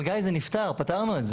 אבל, גיא, זה נפתר, פתרנו את זה.